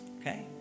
okay